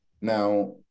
now